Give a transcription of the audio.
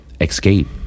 escape